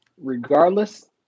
regardless